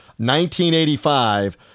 1985